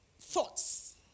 thoughts